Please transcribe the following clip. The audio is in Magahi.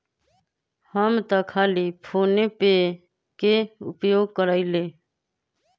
हम तऽ खाली फोनेपे के उपयोग करइले